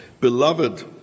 Beloved